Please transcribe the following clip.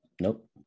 Nope